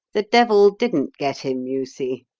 the devil didn't get him, you see.